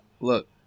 look